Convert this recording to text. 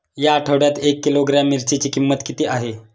या आठवड्यात एक किलोग्रॅम मिरचीची किंमत किती आहे?